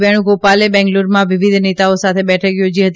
વેણુગોપાલે બેંગલુરૂમાં વિવિધ નેતાઓ સાથે બેઠક થોજી હતી